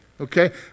Okay